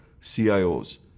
CIOs